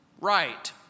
Right